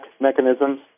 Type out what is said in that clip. mechanisms